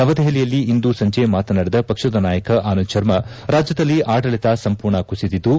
ನವದೆಹಲಿಯಲ್ಲಿ ಇಂದು ಸಂಜೆ ಮಾತನಾಡಿದ ಪಕ್ಷದ ನಾಯಕ ಆನಂದ್ ಶರ್ಮಾ ರಾಜ್ಯದಲ್ಲಿ ಆಡಳಿತ ಸಂಪೂರ್ಣ ಕುಸಿದಿದ್ದು